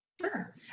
Sure